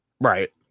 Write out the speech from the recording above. Right